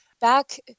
back